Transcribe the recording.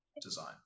design